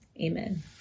Amen